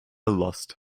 lost